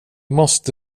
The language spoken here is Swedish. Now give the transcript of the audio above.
måste